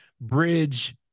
bridge